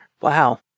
Wow